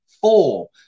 four